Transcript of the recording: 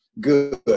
good